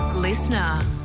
Listener